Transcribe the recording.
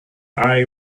eye